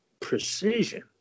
precision